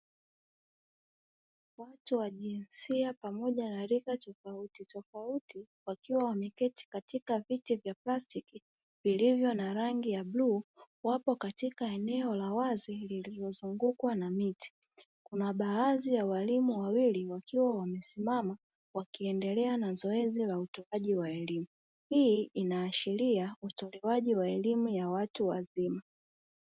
Watu wa jinsia pamoja na rika tofautitofauti wakiwa wameketi katika viti vya plastiki, vilivyo na rangi ya bluu, wapo katika eneo la wazi lililozungukwa na miti. Kuna baadhi ya walimu wawili wakiwa wamesimama wakiendelea na zoezi la utoaji wa elimu. Hii inaashiria utoaji wa elimu ya watu wazima.